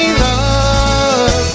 love